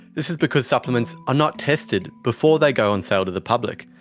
this is because supplements are not tested before they go on sale to the public.